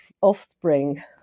offspring